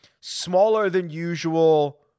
smaller-than-usual